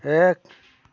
এক